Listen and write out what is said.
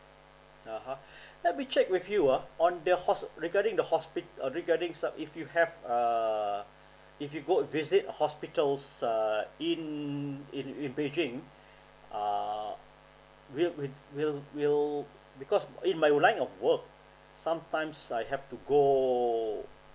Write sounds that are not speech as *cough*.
(uh huh) *breath* let me check with you ah on the hos~ regarding the hospi~ uh regarding some if you have err if you go visit hospitals err in in in beijing err will will will will because in my work line of work sometimes I have to go